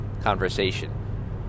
conversation